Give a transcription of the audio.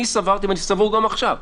אני סברתי ואני סבור גם עכשיו,